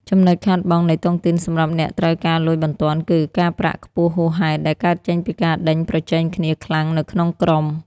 ចំណុចខាតបង់នៃតុងទីនសម្រាប់អ្នកត្រូវការលុយបន្ទាន់ គឺ "ការប្រាក់ខ្ពស់ហួសហេតុ" ដែលកើតចេញពីការដេញប្រជែងគ្នាខ្លាំងនៅក្នុងក្រុម។